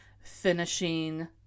finishing